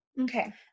Okay